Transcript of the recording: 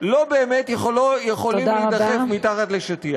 לא באמת יכולים להידחף מתחת לשטיח.